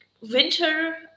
winter